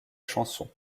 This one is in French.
chanson